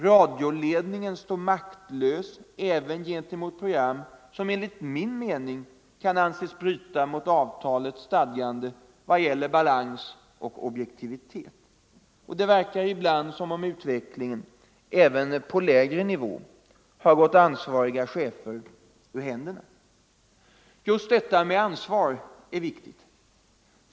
Radioledningen står maktlös även gentemot program som enligt min mening kan anses bryta mot avtalets stadgande vad gäller balans och objektivitet. Det verkar ibland som om utvecklingen även på lägre nivå har gått ansvariga chefer ur händerna. Just detta med ansvar är viktigt.